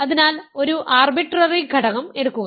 അതിനാൽ ഒരു ആർബിട്രറി ഘടകം എടുക്കുക